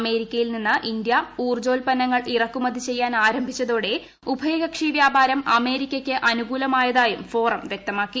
അമേരിക്കയിൽ നിന്ന് ഇന്ത്യ ഊർജ്ജോത്പന്നങ്ങൾ ഇറക്കുമതി ചെയ്യാൻ ആരംഭിച്ചതോടെ ഉഭയകക്ഷി വ്യാപാരം അമേരിക്കയ്ക്ക് അനുകൂലമാകുന്നതായും ഫോറം വ്യക്തമാക്കി